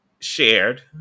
shared